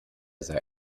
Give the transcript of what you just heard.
sei